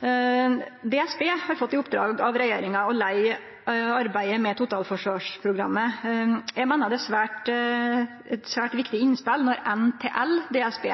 DSB har fått i oppdrag av regjeringa å leie arbeidet med totalforsvarsprogrammet. Eg meiner det er eit svært viktig innspel når NTL DSB